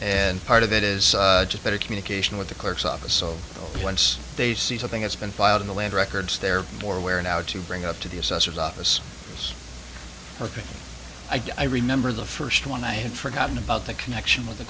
and part of it is just better communication with the clerk's office so once they see something that's been filed in the land records they're more aware now to bring up to the assessor's office ok i remember the first one i had forgotten about the connection with the